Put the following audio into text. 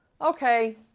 okay